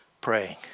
praying